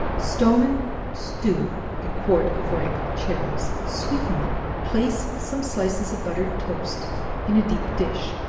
stone and stew a quart of ripe cherries, sweeten them, place some slices of buttered toast in a deep dish,